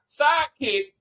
sidekick